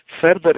further